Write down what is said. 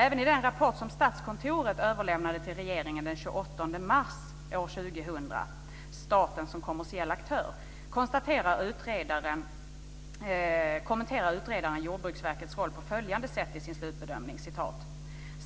Även i den rapport som Statskontoret överlämnade till regeringen den 28 mars 2000, Staten som kommersiell aktör, kommenterar utredaren Jordbruksverkets roll på följande sätt i sin slutbedömning: